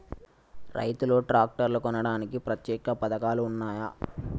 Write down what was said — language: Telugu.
రైతులు ట్రాక్టర్లు కొనడానికి ప్రత్యేక పథకాలు ఉన్నయా?